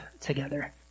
together